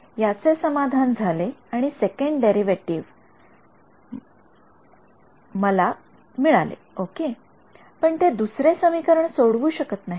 तर याचे समाधान झाले आणि सेकंड डेरीवेटीव्ह मला ओके पण ते दुसरे समीकरण सोडवू शकत नाहीत